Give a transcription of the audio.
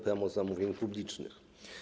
Prawo zamówień publicznych.